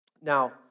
Now